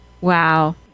Wow